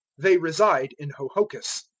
they reside in hohokus.